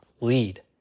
lead